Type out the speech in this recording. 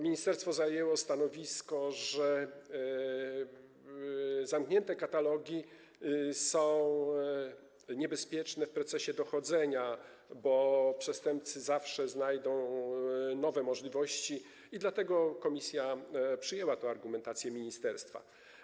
Ministerstwo zajęło stanowisko, że zamknięte katalogi są niebezpieczne w procesie dochodzenia, bo przestępcy zawsze znajdą nowe możliwości, dlatego komisja przyjęła argumentację ministerstwa.